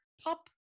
pop